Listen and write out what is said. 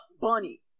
bunny